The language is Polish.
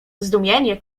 zdumienie